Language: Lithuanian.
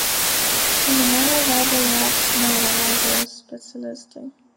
seminarą veda jav neurologijos specialistai